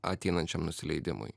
ateinančiam nusileidimui